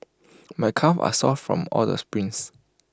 my calves are sore from all the sprints